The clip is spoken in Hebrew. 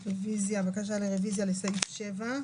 הרוויזיה נפלה.